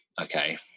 Okay